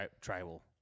tribal